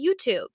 YouTube